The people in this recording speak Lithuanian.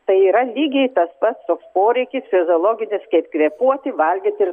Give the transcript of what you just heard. tai yra lygiai tas pats toks poreikis fiziologinis kaip kvėpuoti valgyti ir